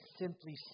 simply